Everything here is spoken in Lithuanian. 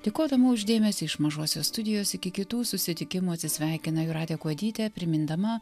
dėkodama už dėmesį iš mažosios studijos iki kitų susitikimų atsisveikina jūratė kuodytė primindama